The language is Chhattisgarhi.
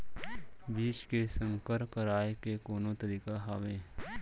बीज के संकर कराय के कोनो तरीका हावय?